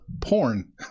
porn